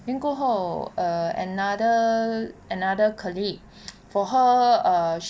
then 过后 err another another colleague for her err